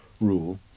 rule